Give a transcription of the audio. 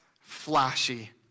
flashy